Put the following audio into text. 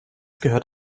gehört